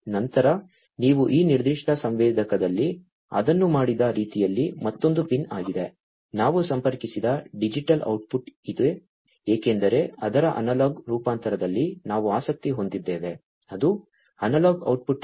ನಂತರ ನೀವು ಈ ನಿರ್ದಿಷ್ಟ ಸಂವೇದಕದಲ್ಲಿ ಅದನ್ನು ಮಾಡಿದ ರೀತಿಯಲ್ಲಿ ಮತ್ತೊಂದು ಪಿನ್ ಇದೆ ನಾವು ಸಂಪರ್ಕಿಸದ ಡಿಜಿಟಲ್ ಔಟ್ಪುಟ್ ಇದೆ ಏಕೆಂದರೆ ಅದರ ಅನಲಾಗ್ ರೂಪಾಂತರದಲ್ಲಿ ನಾವು ಆಸಕ್ತಿ ಹೊಂದಿದ್ದೇವೆ ಅದು ಅನಲಾಗ್ ಔಟ್ಪುಟ್ ಆಗಿದೆ